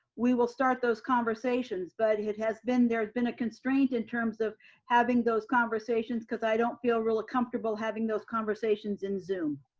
we will start those conversations, but it has been there's been constraint in terms of having those conversations cause i don't feel really comfortable having those conversations in zoom.